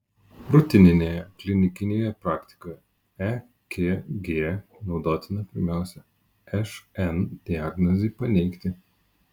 rutininėje klinikinėje praktikoje ekg naudotina pirmiausia šn diagnozei paneigti